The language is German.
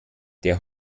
der